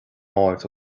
mbord